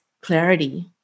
clarity